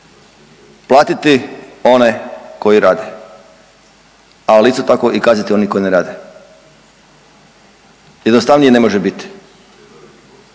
Platiti one koji rade, ali isto tako i kazniti one koji ne rade. Jednostavnije ne može biti.